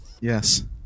Yes